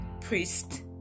priest